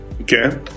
Okay